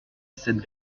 cette